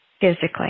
physically